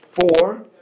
four